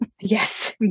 Yes